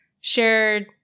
shared